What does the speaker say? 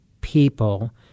people